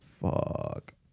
fuck